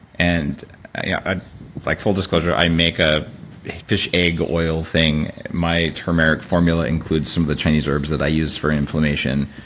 and yeah ah like full disclosure, i make a fish egg oil thing. my turmeric formula includes some of the chinese herbs that i use for inflammation.